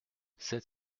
sept